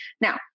Now